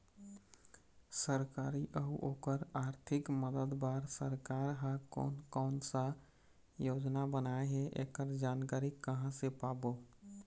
सरकारी अउ ओकर आरथिक मदद बार सरकार हा कोन कौन सा योजना बनाए हे ऐकर जानकारी कहां से पाबो?